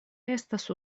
estas